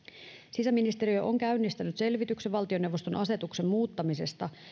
sisäministeriö on käynnistänyt selvityksen valtioneuvoston asetuksen mahdollisesta muuttamisesta